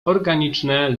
organiczne